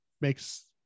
makes